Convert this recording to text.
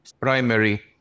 primary